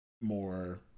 more